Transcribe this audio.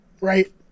right